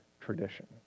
tradition